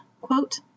quote